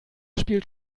spielt